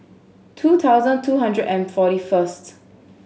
two thousand two hundred and forty first